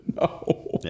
No